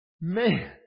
man